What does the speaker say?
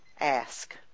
ask